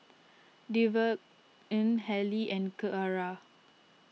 Devaughn Haley and Keara